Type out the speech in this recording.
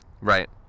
right